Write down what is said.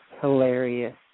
Hilarious